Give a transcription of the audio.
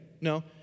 No